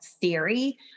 theory